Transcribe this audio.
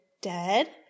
dead